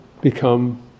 become